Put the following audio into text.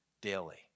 daily